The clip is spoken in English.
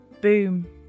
boom